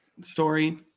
story